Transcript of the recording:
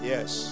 Yes